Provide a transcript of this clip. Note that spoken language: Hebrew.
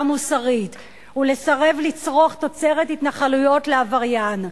מוסרית ולסרב לצרוך תוצרת התנחלויות לעבריין.